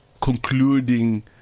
concluding